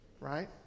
right